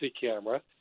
camera